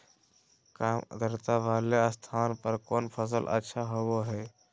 काम आद्रता वाले स्थान पर कौन फसल अच्छा होबो हाई?